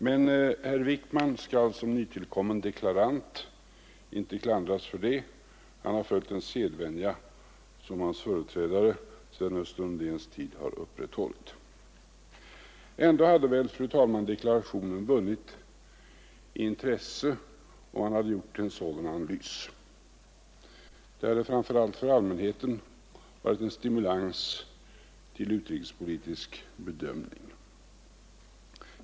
Men herr Wickman skall som nytillkommen deklarant inte klandras för det; han har följt en sedvänja som hans företrädare sedan Östen Undéns tid har upprätthållit. Ändå hade väl, fru talman, deklarationen vunnit i intresse om man hade gjort en sådan analys. Det hade framför allt för allmänheten varit en stimulans till utrikespolitisk bedömning.